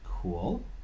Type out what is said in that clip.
cool